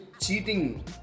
cheating